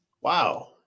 Wow